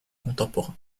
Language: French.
contemporain